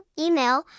Email